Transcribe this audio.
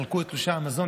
ויחלקו את תלושי המזון.